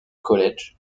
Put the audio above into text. college